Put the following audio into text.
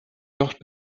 georges